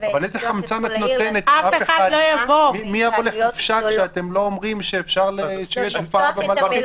מי יבוא לחופשה כשאתם לא אומר ים שיש הופעה?